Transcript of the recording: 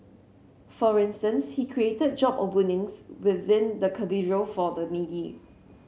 for instance he created job openings within the Cathedral for the needy